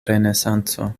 renesanco